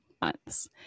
months